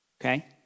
Okay